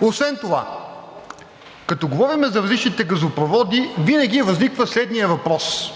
Освен това, като говорим за различните газопроводи, винаги възниква следният въпрос: